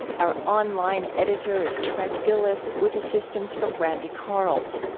our online editor is trent gilliss with assistance from randy karels.